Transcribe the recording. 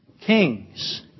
kings